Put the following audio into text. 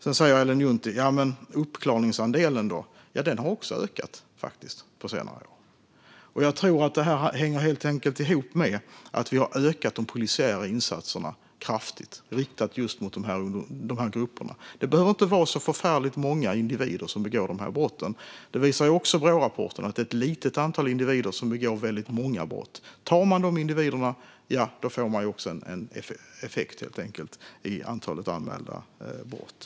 Ellen Juntti tar då upp uppklaringsandelen, men den har faktiskt också ökat på senare år. Jag tror att detta helt enkelt hänger ihop med att vi har ökat de polisiära insatserna riktade mot just dessa grupper kraftigt. Det behöver inte vara så förfärligt många individer som begår de här brotten - även Brårapporten visar att det är ett litet antal individer som begår väldigt många brott, och tar man de individerna får man en effekt på antalet anmälda brott.